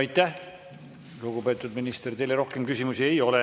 Aitäh! Lugupeetud minister, teile rohkem küsimusi ei ole.